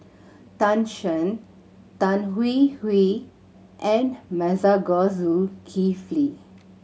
Tan Shen Tan Hwee Hwee and Masago Zulkifli